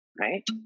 right